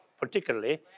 particularly